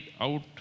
out